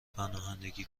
پناهندگی